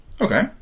Okay